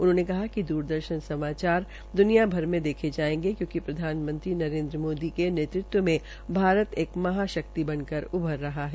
उन्होंने कहा कि द्रदर्शन समचार द्रनिया भर में देखे जायेंगे क्योकि प्रधानमंत्री नरेन्द्र मोदी के नेतृत्व मे भारत एक महाशक्ति बन कर उभर रहा है